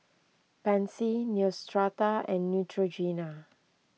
Pansy Neostrata and Neutrogena